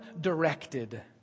directed